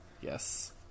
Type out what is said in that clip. Yes